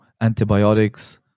antibiotics